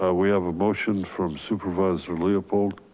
ah we have a motion from supervisor leopold.